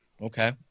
Okay